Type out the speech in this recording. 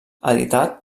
editat